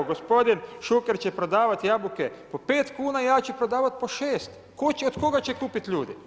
Gospodin Šuker će prodavati jabuke po 5 kn, ja ću prodavati po 6. Od kuga će kupiti ljudi?